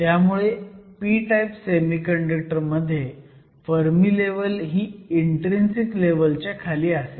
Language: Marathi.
त्यामुळे p टाईप सेमीकंडक्टर मध्ये फर्मी लेव्हल ही इन्ट्रीन्सिक लेव्हलच्या खाली असेल